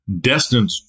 destined